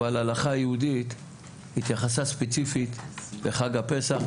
אבל הלכה יהודית התייחסה ספציפית לחג הפסח,